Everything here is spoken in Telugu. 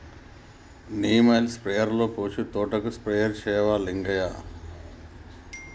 నీమ్ ఆయిల్ స్ప్రేయర్లో పోసి తోటకు స్ప్రే చేయవా లింగయ్య